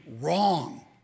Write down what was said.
wrong